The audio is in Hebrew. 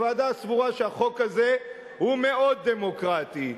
הוועדה סבורה שהחוק הזה הוא מאוד דמוקרטי.